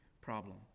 problem